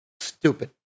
Stupid